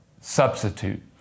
substitute